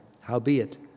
Howbeit